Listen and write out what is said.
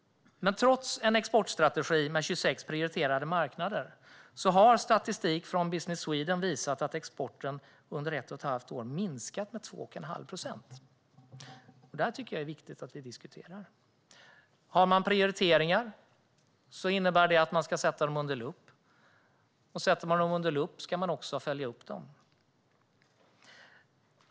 Men trots en exportstrategi med 26 prioriterade marknader har statistik från Business Sweden visat att exporten under ett och ett halvt år minskat med 2,5 procent. Detta är viktigt att diskutera. Har man prioriteringar ska man sätta dem under lupp, och sätter man dem under lupp ska man också följa upp dem.